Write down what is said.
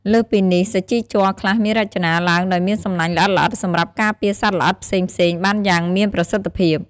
លើសពីនេះ សាជីជ័រខ្លះមានរចនាឡើងដោយមានសំណាញ់ល្អិតៗសម្រាប់ការពារសត្វល្អិតផ្សេងៗបានយ៉ាងមានប្រសិទ្ធភាព។